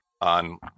on